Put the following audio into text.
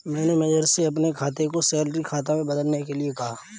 मैंने मैनेजर से अपने खाता को सैलरी खाता में बदलने के लिए कहा